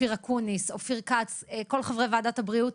אופיר אקוניס, אופיר כץ, כל חברי ועדת הבריאות.